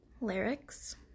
Lyrics